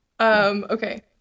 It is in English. Okay